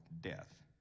death